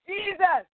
Jesus